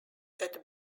that